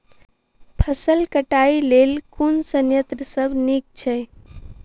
फसल कटाई लेल केँ संयंत्र सब नीक छै?